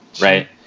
right